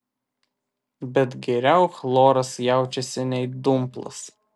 bet geriau chloras jaučiasi nei dumblas